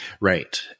Right